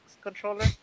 controller